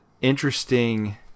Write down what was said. interesting